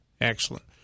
Excellent